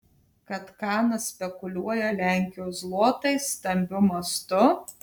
kad kanas spekuliuoja lenkijos zlotais stambiu mastu